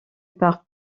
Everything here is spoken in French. par